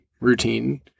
routine